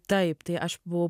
taip tai aš buvau